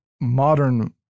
modern